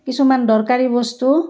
কিছুমান দৰকাৰী বস্তু